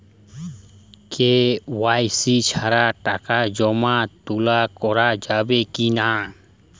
KYC ছাড়া টাকা জমা তোলা করা যাবে কি না?